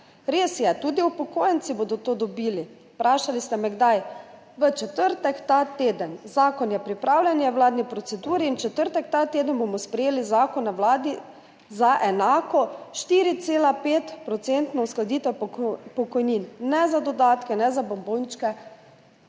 Res je, tudi upokojenci bodo to dobili. Vprašali ste me, kdaj. V četrtek ta teden. Zakon je pripravljen, je v vladni proceduri in v četrtek ta teden bomo sprejeli zakon na Vladi za enako, 4,5-odstotno uskladitev pokojnin, ne za dodatke, ne za bombončke